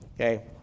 Okay